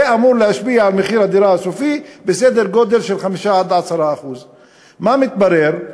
זה אמור להשפיע על מחיר הדירה הסופי בסדר גודל של 5% 10%. מה מתברר?